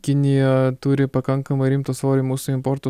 kinija turi pakankamai rimtą svorį mūsų importo